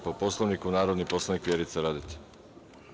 Po Poslovniku, narodni poslanik Vjerica Radeta.